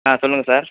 ஆ சொல்லுங்கள் சார்